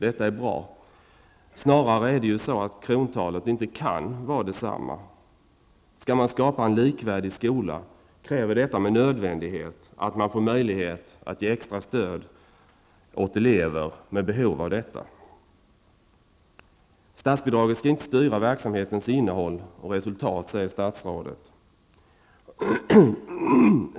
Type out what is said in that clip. Det är bra. Snarare är det ju så att krontalet inte kan vara detsamma. Skall man skapa en likvärdig skola kräver detta med nödvändighet att man får möjlighet att ge extra stöd åt elever som har behov av detta. Statsbidraget skall inte styra verksamhetens innehåll och resultat, säger statsrådet.